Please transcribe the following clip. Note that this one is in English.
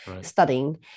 studying